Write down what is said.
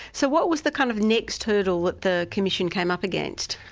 so what was the kind of next hurdle that the commission came up against?